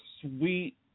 sweet